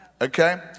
Okay